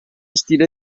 stile